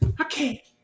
Okay